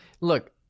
look